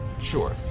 Sure